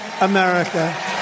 America